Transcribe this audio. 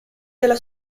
della